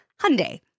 Hyundai